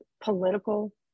Political